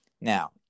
Now